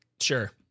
Sure